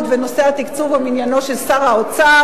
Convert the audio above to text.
ונושא התקצוב הוא מעניינם של שר האוצר,